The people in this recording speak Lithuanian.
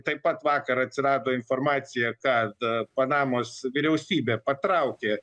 taip pat vakar atsirado informacija kad panamos vyriausybė patraukė